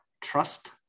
trust